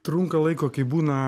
trunka laiko kai būna